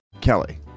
Kelly